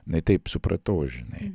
ne taip supratau žinai